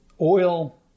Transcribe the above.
oil